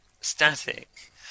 Static